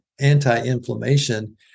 anti-inflammation